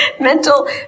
mental